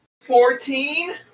Fourteen